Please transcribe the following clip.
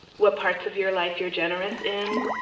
what parts of your life you're generous in,